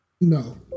No